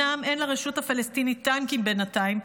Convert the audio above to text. אומנם אין לרשות הפלסטינית טנקים בינתיים,